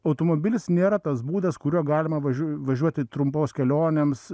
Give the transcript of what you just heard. automobilis nėra tas būdas kuriuo galima važiuo važiuoti trumpoms kelionėms